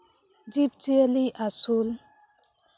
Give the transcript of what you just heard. ᱡᱤᱵᱽ ᱡᱤᱭᱟᱹᱞᱤ ᱟᱹᱥᱩᱞ